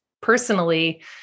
personally